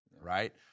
right